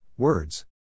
Words